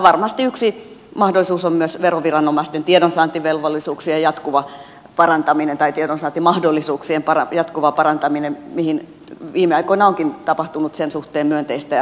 varmasti yksi mahdollisuus on myös veroviranomaisten tiedonsaanti velvollisuuksia jatkuva parantaminen tai tiedonsaantimahdollisuuksien jatkuva parantaminen ja viime aikoina onkin tapahtunut sen suhteen myönteistä ja rohkaisevaa kehitystä